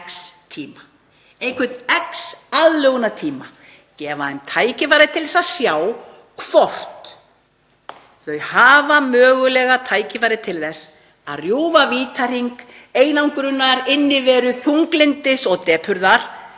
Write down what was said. einhvern x aðlögunartíma, gefa þeim tækifæri til að sjá hvort þau hafa mögulega tækifæri til þess að rjúfa vítahring einangrunar, inniveru, þunglyndis, depurðar,